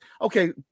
Okay